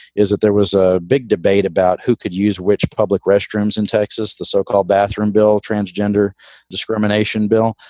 is that there was a big debate about who could use which public restrooms in texas, the so-called bathroom bill, transgender discrimination bill,